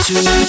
Two